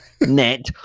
net